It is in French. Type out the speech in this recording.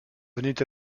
venait